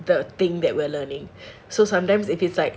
the thing that we're learning so sometimes if it's like